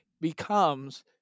becomes